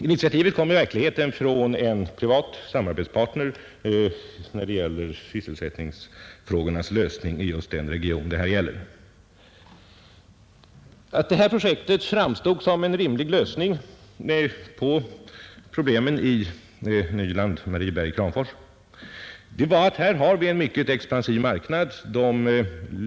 Initiativet kom i själva verket från en privat samarbetspartner när det gäller sysselsättningsfrågornas lösning i regionen i fråga. Att just detta projekt framstod som en rimlig lösning på problemen i Nyland, Marieberg och Kramfors berodde på att det här finns en mycket expansiv marknad.